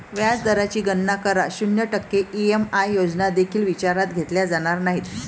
व्याज दराची गणना करा, शून्य टक्के ई.एम.आय योजना देखील विचारात घेतल्या जाणार नाहीत